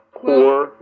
core